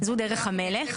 זו דרך המלך.